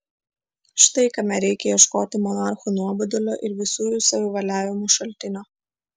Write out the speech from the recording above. štai kame reikia ieškoti monarchų nuobodulio ir visų jų savivaliavimų šaltinio